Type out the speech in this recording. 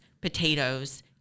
potatoes